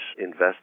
invest